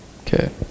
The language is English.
Okay